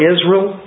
Israel